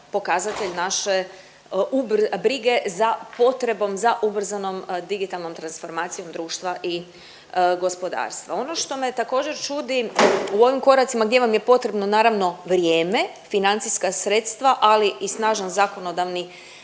pokazatelj naše brige za potrebom za ubrzanom digitalnom transformacijom društva i gospodarstva. Ono što me također čudi u ovim koracima gdje vam je potrebno naravno vrijeme, financijska sredstva, ali i snažan zakonodavni